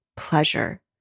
pleasure